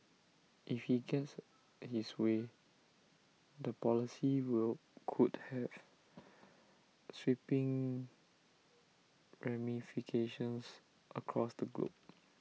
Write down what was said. if he gets his way the policy will could have sweeping ramifications across the globe